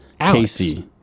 Casey